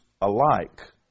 alike